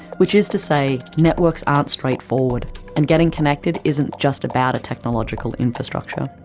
which is to say, networks aren't straightforward and getting connected isn't just about a technological infrastructure.